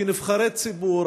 כנבחרי הציבור,